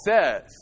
says